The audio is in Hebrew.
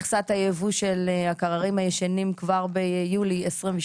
מכסת הייבוא של הקררים הישנים כבר ביולי 22